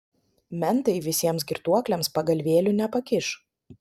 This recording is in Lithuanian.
mentai visiems girtuokliams pagalvėlių nepakiš